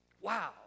wow